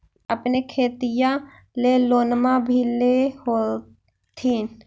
अपने खेतिया ले लोनमा भी ले होत्थिन?